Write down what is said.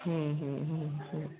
হুম হুম হুম হুম